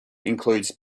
includes